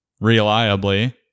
reliably